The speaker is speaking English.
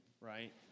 right